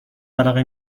علاقه